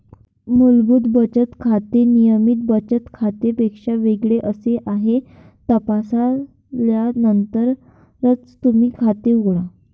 मूलभूत बचत खाते नियमित बचत खात्यापेक्षा वेगळे कसे आहे हे तपासल्यानंतरच तुमचे खाते उघडा